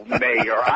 mayor